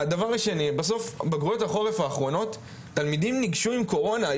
בסוף בגרויות החורף האחרונות תלמידים ניגשו עם קורונה.